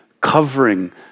covering